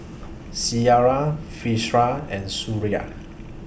Syirah Firash and Suria